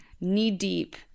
knee-deep